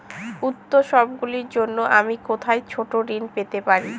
উত্সবগুলির জন্য আমি কোথায় ছোট ঋণ পেতে পারি?